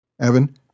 Evan